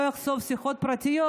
לא אחשוף שיחות פרטיות,